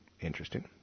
Interesting